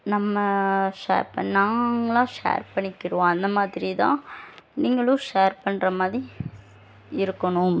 நம்ம ஷேர் பண் நாங்களாக ஷேர் பண்ணிக்கிடுவோம் அந்த மாதிரி தான் நீங்களும் ஷேர் பண்ணுற மாதிரி இருக்கணும்